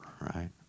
right